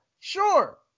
Sure